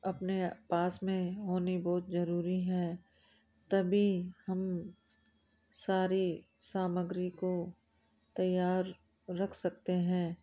अपने पास में होनी बहुत ज़रूरी है तभी हम सारी सामग्री को तैयार रख सकते हैं